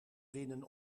winnen